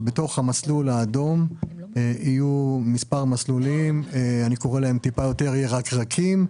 במסלול האדום יהיו מספר מסלולים קצת יותר ירקרקים,